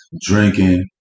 drinking